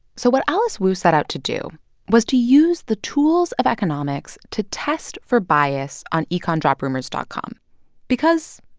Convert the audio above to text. so what alice wu set out to do was to use the tools of economics to test for bias on econjobrumors dot com because,